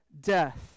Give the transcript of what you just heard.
death